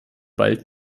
bald